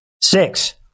six